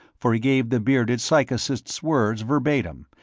for he gave the bearded psychicist's words verbatim,